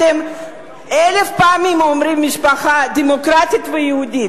אתם אלף פעמים אומרים: מדינה דמוקרטית ויהודית: